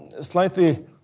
slightly